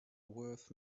worth